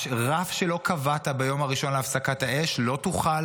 רף שלא קבעת ביום הראשון להפסקת האש לא תוכל